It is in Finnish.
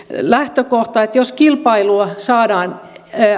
lähtökohta että jos kilpailua saadaan